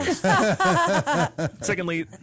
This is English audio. Secondly